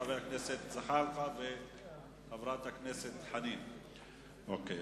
חבר הכנסת זחאלקה וחברת הכנסת חנין זועבי.